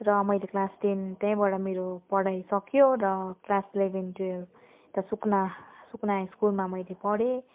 र मैले class ten त्यहीँबाट मेरो पढाइ सकियो र क्लास इलेभेन ट्वेल्भ त्यहाँ सुकुना सुकुना हाई स्कुलमा मैले पढेँ